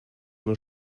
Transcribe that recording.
nur